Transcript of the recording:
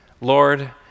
Lord